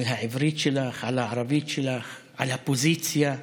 על העברית שלך, על הערבית שלך, על הפוזיציה,